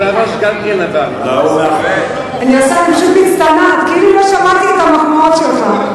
אני פשוט מצטנעת, כאילו לא שמעתי את המחמאות שלך.